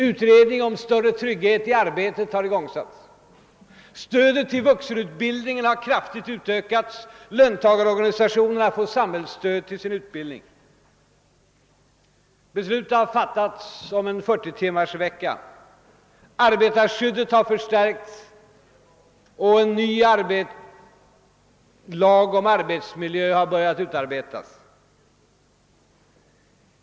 Utredning om större trygghet i arbetet har igångsatts. Stödet till vuxenutbildningen har kraftigt utökats — löntagarorganisationerna får samhällsstöd till sin utbildning. Beslut har fattats om en 40-timmarsvecka. Arbetarskyddet har förstärkts, och en ny lag om arbetsmiljö har börjat utarbetas.